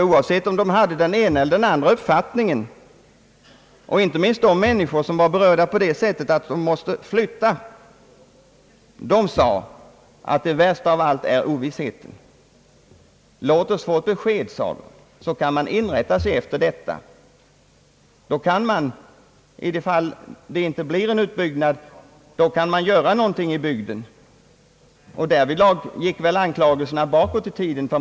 Oavsett om de hade den ena eller den andra uppfattningen — men kanske främst de som var berörda på det sättet att de måste flytta — sade att det värsta av allt är ovissheten. Låt oss få ett besked, så kan vi inrätta oss efter detta! Om det inte blir någon utbyggnad, kan man göra någonting positivt för bygden, menade man. Därvidlag gick väl anklagelserna även bakåt i tiden.